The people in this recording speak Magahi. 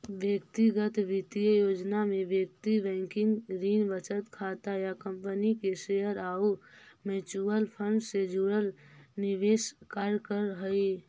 व्यक्तिगत वित्तीय योजना में व्यक्ति बैंकिंग, ऋण, बचत खाता या कंपनी के शेयर आउ म्यूचुअल फंड से जुड़ल निवेश कार्य करऽ हइ